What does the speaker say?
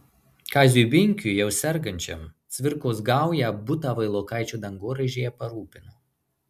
kaziui binkiui jau sergančiam cvirkos gauja butą vailokaičio dangoraižyje parūpino